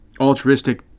altruistic